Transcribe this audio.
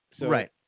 Right